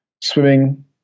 swimming